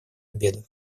обеду